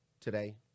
today